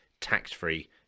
tax-free